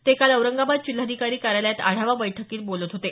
ते काल औरंगाबाद जिल्हाधिकारी कार्यालयात आढावा बैठकीत बोलत होते